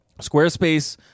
Squarespace